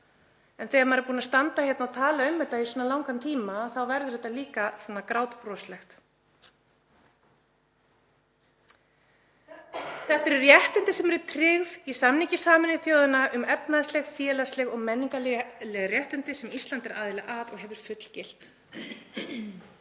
En þegar maður er búinn að standa hérna og tala um þetta í svona langan tíma þá verður þetta líka grátbroslegt. Þetta eru réttindi sem eru tryggð í samningi Sameinuðu þjóðanna um efnahagsleg, félagsleg og menningarleg réttindi sem Ísland er aðili að og hefur fullgilt.